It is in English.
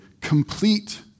complete